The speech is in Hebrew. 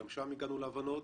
גם שם הגענו להבנות.